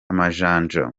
amajanja